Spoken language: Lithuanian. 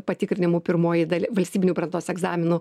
patikrinimų pirmoji valstybinių brandos egzaminų